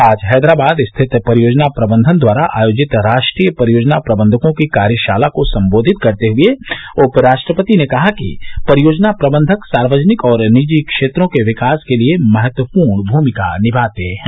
आज हैदराबाद स्थित परियोजना प्रबंधन द्वारा आयोजित राष्ट्रीय परियोजना प्रबंधकों की कार्यशाला को संबोधित करते हुए उपराष्ट्रपति ने कहा कि परियोजना प्रबंधक सार्वजनिक और निजी क्षेत्रों के विकास के लिए महत्वपूर्ण भूमिका निभाते हैं